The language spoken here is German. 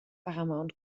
paramount